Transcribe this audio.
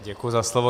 Děkuji za slovo.